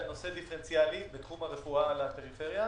על נושא דיפרנציאלי בתחום רפואה לפריפריה.